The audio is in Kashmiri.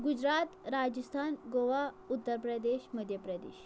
گُجرات راجِستان گووا اُترپردیش مدھیا پردیش